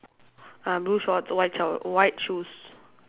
ah blue shorts white shower white shoes